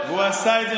הוא עשה את זה,